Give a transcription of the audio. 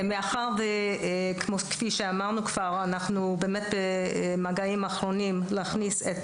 מאחר שכפי שאמרנו כבר אנחנו במגעים אחרונים להכניס את